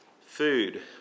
food